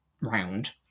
round